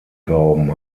kaum